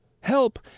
Help